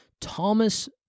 Thomas